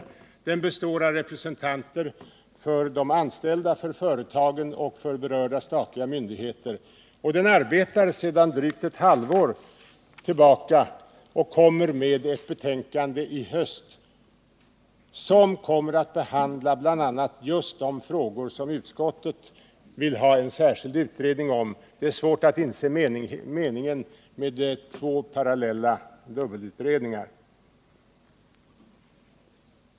Delegationen består av representanter för de anställda, för företagen och för de berörda statliga myndigheterna. Den arbetar sedan drygt ett halvår och kommer med ett betänkande i höst, ett betänkande som bl.a. kommer att behandla just de frågor som utskottet vill ha en särskild utredning om. Det är svårt att inse meningen med två parallella utredningar.